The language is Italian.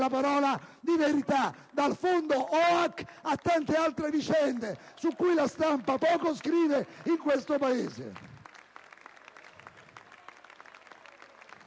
una parola di verità, dal fondo Oak a tanti altri fatti su cui la stampa poco scrive in questo Paese.